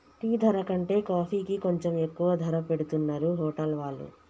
tea ధర కంటే కాఫీకి కొంచెం ఎక్కువ ధర పెట్టుతున్నరు హోటల్ వాళ్ళు